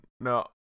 no